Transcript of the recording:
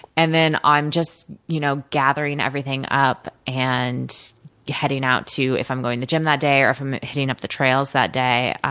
and then, i'm just you know gathering everything up and heading out to if i'm going to the gym that day, or if i'm hitting up the trails that day.